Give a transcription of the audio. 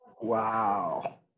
wow